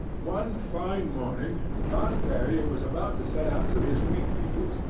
one fine morning, john ferrier was about to set out to his wheatfields,